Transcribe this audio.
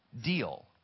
deal